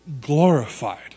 glorified